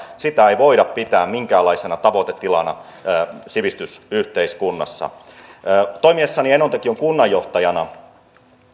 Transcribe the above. sitä ei voida pitää minkäänlaisena tavoitetilana sivistysyhteiskunnassa toimiessani enontekiön kunnanjohtajana